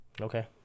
Okay